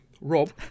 Rob